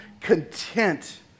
content